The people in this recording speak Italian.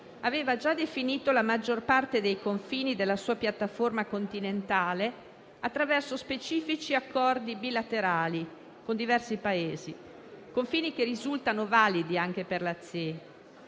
aveva già definito la maggior parte dei confini della sua piattaforma continentale attraverso specifici accordi bilaterali con diversi Paesi (confini che risultano validi anche per la